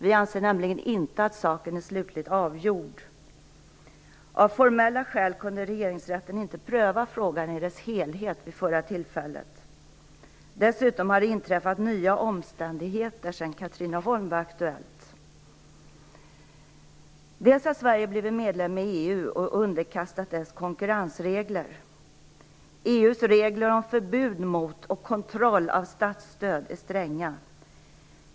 Vi anser nämligen inte att saken är slutligt avgjord. Av formella skäl kunde Regeringsrätten inte pröva frågan i dess helhet vid förra tillfället. Dessutom har det inträffat nya omständigheter sedan Katrineholm var aktuellt. Dels har Sverige blivit medlem i EU och är underkastat dess konkurrensregler. EU:s regler om förbud mot och kontroll av statsstöd är stränga.